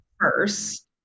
first